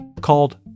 called